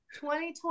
2020